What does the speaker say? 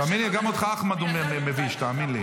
תוציאו אותו, בבקשה, מחוץ למליאה.